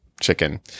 chicken